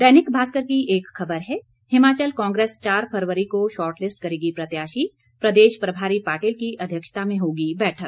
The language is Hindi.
दैनिक भास्कर की एक खबर है हिमाचल कांग्रेस चार को शॉर्टलिस्ट करेगी प्रत्याशी प्रदेश प्रभारी पाटिल की अध्यक्षता में होगी बैठक